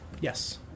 Yes